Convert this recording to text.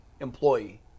employee